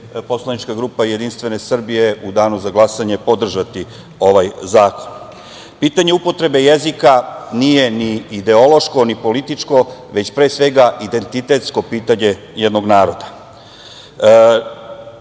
poslanička grupa Jedinstvene Srbije u danu za glasanje podržati ovaj zakon. Pitanje upotrebe jezika nije ni ideološko ni političko, već pre svega identitetsko pitanje jednog naroda.